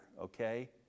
okay